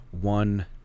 one